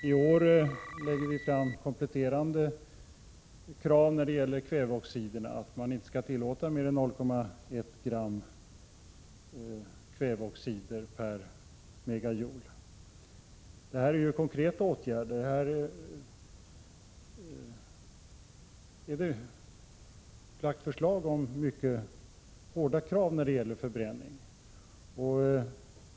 I år lägger vi fram kompletterande krav när det gäller kväveoxider: att man inte skall tillåta mer än 0,1 gram kväveoxider per MJ. Detta är en konkret åtgärd. Det har väckts mycket hårda krav när det gäller förbränning.